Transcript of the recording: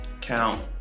count